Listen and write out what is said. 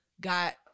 Got